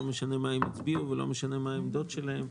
לא משנה מה הם הצביעו ולא משנה מה העמדות שלהם,